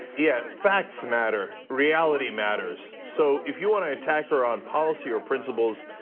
yeah, facts matter, reality matters. so if you wanna attack her on policy or principles,